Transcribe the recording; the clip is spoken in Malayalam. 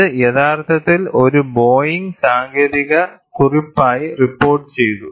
ഇത് യഥാർത്ഥത്തിൽ ഒരു ബോയിംഗ് സാങ്കേതിക കുറിപ്പായി റിപ്പോർട്ടുചെയ്തു